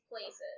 places